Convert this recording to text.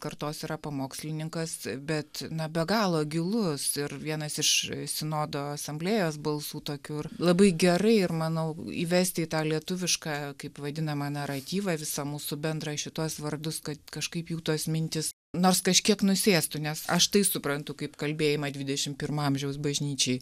kartos yra pamokslininkas bet be galo gilus ir vienas iš sinodo asamblėjos balsų tokių ir labai gerai ir manau įvesti į tą lietuvišką kaip vaidinamą naratyvą visą mūsų bendrą šituos vardus kad kažkaip jų tos mintys nors kažkiek nusėstų nes aš tai suprantu kaip kalbėjimą dvidešim pirmo amžiaus bažnyčiai